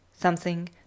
Something